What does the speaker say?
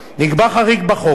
נקבע חריג בחוק,